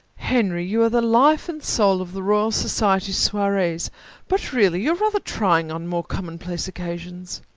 henry you are the life and soul of the royal society's soirees but really you're rather trying on more commonplace occasions.